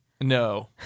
No